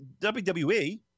WWE